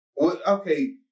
Okay